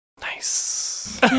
Nice